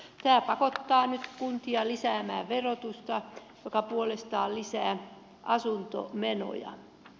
tämä pakottaa nyt kuntia lisäämään verotusta mikä puolestaan lisää asuntomenoja